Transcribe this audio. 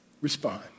Respond